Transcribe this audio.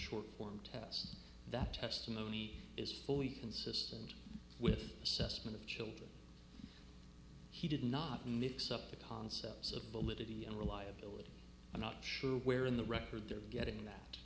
short form test that testimony is fully consistent with assessment of children he did not nix up the concepts of validity and reliability i'm not sure where in the record they're getting that